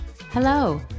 Hello